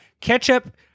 ketchup